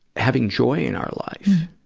having joy in our life.